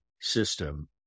system